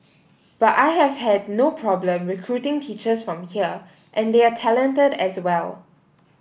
but I have had no problem recruiting teachers from here and they are talented as well